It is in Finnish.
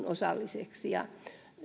osalliseksi